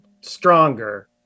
stronger